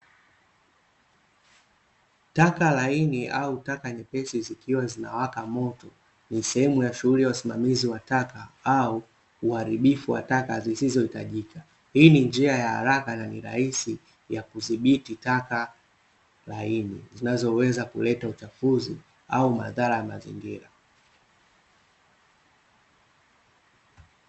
Taka laini au taka nyepesi zikiwa zinawaka moto, ni sehemu ya shughuli ya usimamizi wa taka au uharibifu wa taka zisizohitajika. Hii ni njia ya haraka na ni rahisi ya kudhibiti taka laini zinazoweza kuleta uchafuzi au madhara ya mazingira.